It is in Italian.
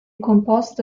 composto